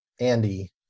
Andy